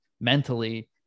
mentally